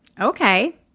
Okay